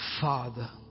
Father